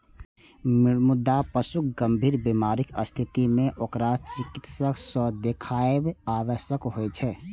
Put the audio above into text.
मुदा पशुक गंभीर बीमारीक स्थिति मे ओकरा चिकित्सक सं देखाएब आवश्यक होइ छै